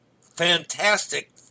Fantastic